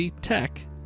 Tech